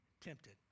tempted